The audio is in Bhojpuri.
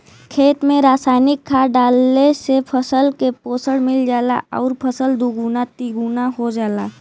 खेत में रासायनिक खाद डालले से फसल के पोषण मिल जाला आउर फसल दुगुना तिगुना हो जाला